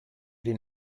den